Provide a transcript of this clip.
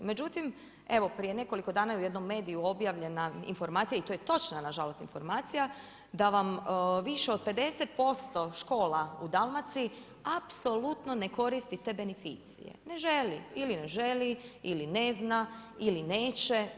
Međutim, evo prije nekoliko dana je u jednom mediju objavljena informacija i to je točna nažalost informacija da vam više od 50% škola u Dalmaciji apsolutno ne koristi te benificije, ne želi ili ne želi ili ne zna ili neće.